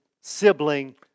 sibling